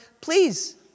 please